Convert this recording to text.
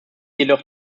jedoch